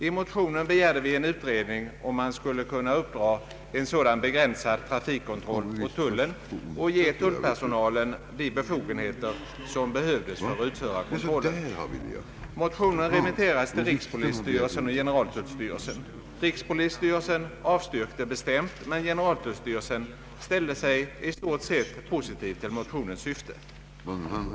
I motionen begärde vi en utredning av om man skulle kunna uppdraga en sådan begränsad trafikkontroll åt tullen och ge tullpersonalen de befogenheter som den behövde för att utföra kontrollen. Motionen remitterades till rikspolisstyrelsen och generaltullstyrelsen. Rikspolisstyrelsen avstyrkte bestämt, men generaltullstyrelsen ställde sig i stort sett positiv till motionens syfte.